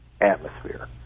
atmosphere